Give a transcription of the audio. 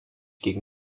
gegen